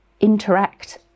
interact